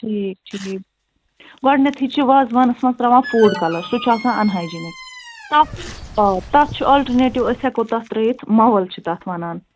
ٹھیٖک ٹھیٖک گۄڈٕنٮ۪تھٕے چھُ وازٕوانس منٛز ترٛاوان فُڈ کلر سُہ چھُ آسان اَن ہاے جینِک تتھ آ تتھ چھُ آلٹرنیٚٹِو أسۍ ہٮ۪کو تتھ ترٛٲوِتھ موَل چھِ تتھ وَنان